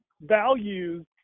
values